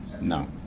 No